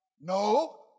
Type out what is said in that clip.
No